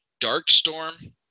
Darkstorm